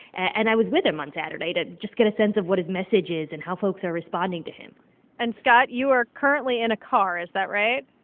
and i was with him on saturday to just get a sense of what his message is and how folks are responding to him and scott, you are currently in a car. is that right?